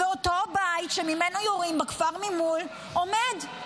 ואותו בית שממנו יורים בכפר ממול עומד?